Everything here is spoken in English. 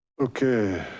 okay,